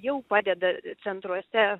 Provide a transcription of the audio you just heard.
jau padeda centruose